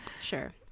Sure